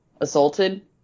assaulted